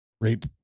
rape